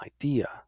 idea